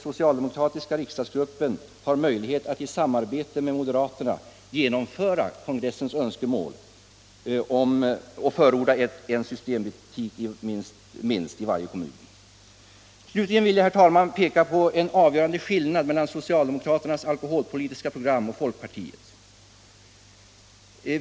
Socialdemokraternas riksdagsgrupp har alltså möjlighet att i samarbete med moderaterna genomföra kongressens önskemål och förorda en systembutik i varje kommun. Slutligen vill jag, herr talman, peka på den avgörande skillnaden mellan socialdemokraternas alkoholpolitiska program och folkpartiets.